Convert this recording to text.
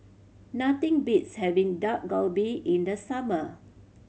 nothing beats having Dak Galbi in the summer